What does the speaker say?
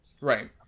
Right